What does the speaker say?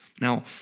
Now